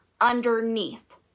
underneath